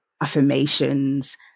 affirmations